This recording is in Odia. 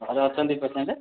ଘରେ ଅଛନ୍ତି ପେସେଣ୍ଟ୍